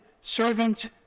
servant